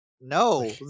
no